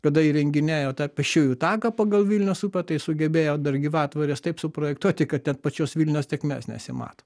kada įrenginėjo tą pėsčiųjų taką pagal vilnios upę tai sugebėjo dar gyvatvores taip suprojektuoti kad net pačios vilnios tėkmės nesimato